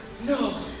No